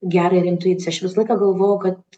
gerą ir intuiciją aš visą laiką galvojau kad